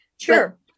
sure